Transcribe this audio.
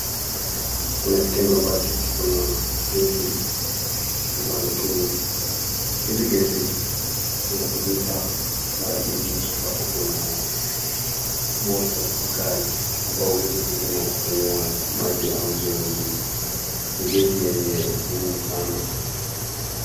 Kuna kitengo ambacho kuna mitungi ya gesi. Hizi gesi zinatumika mara mingi ambapo kuna moto mkali ambao huwezi kuzimwa kwa kutumia maji au njia ingine. Ni gesi yenye nguvu sana.